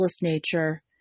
nature